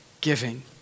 giving